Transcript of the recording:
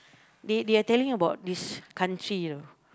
they they are telling about this country you know